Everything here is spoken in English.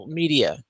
media